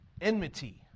enmity